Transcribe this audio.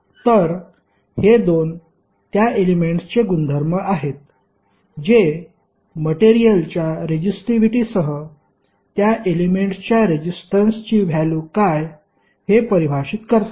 तर हे दोन त्या एलेमेंट्सचे गुणधर्म आहेत जे मटेरियलच्या रेजिस्टिव्हीटीसह त्या एलेमेंट्सच्या रेजिस्टन्सची व्हॅल्यु काय हे परिभाषित करतात